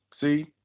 See